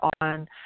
on